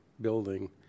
building